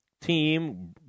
team